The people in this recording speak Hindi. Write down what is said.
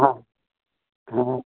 हाँ हाँ